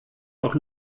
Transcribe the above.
auch